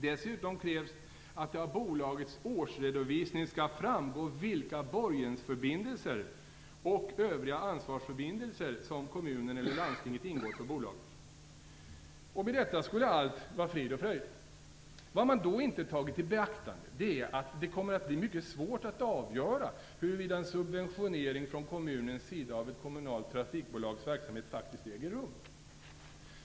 Dessutom krävs att det av bolagets årsredovisning skall framgå vilka borgensförbindelser och övriga ansvarsförbindelser som kommunen eller landstinget ingått för bolaget. Med detta skulle allting var frid och fröjd. Vad man då inte tagit i beaktande är att det kommer att bli mycket svårt att avgöra huruvida en subventionering från kommunens sida av ett kommunalt trafikbolags verksamhet faktiskt äger rum.